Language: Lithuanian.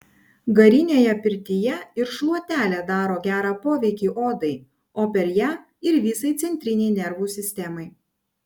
garinėje pirtyje ir šluotelė daro gerą poveikį odai o per ją ir visai centrinei nervų sistemai